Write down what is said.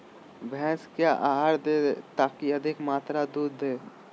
भैंस क्या आहार दे ताकि अधिक मात्रा दूध दे?